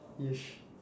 yes